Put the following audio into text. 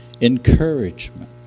encouragement